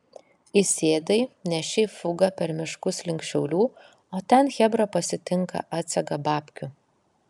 įsėdai nešei fugą per miškus link šiaulių o ten chebra pasitinka atsega babkių